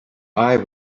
eye